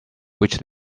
which